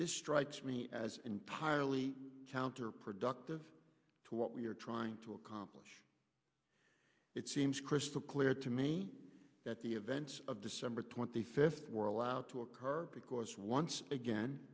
this strikes me as entirely counterproductive to what we're trying to accomplish it seems crystal clear to me that the events of december twenty fifth were allowed to occur because once again